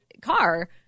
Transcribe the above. car